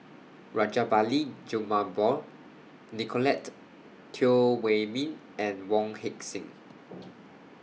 Rajabali Jumabhoy Nicolette Teo Wei Min and Wong Heck Sing